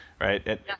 Right